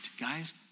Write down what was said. Guys